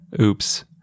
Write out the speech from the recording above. Oops